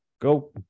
go